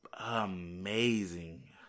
Amazing